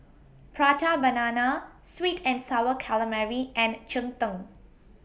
Prata Banana Sweet and Sour Calamari and Cheng Tng